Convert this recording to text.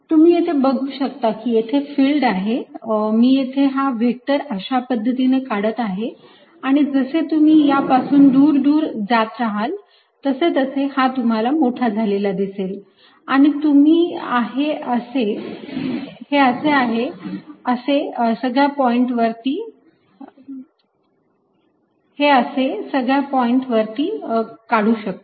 तुम्ही येथे बघू शकता की येथे फिल्ड आहे मी येथे हा व्हेक्टर अशा पद्धतीने काढत आहे आणि जसे तुम्ही या पासून दूर दूर जात राहाल तसे तसे हा तुम्हाला मोठा झालेला दिसेल आणि तुम्ही हे असे सगळ्या पॉईंट वरती काढू शकता